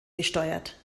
gesteuert